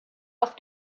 auf